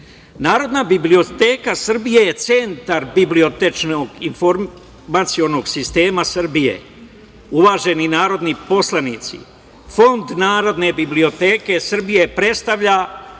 biblioteka Srbije je centar bibliotečnog informacionog sistema Srbije. Uvaženi narodni poslanici, fond Narodne biblioteke Srbije predstavlja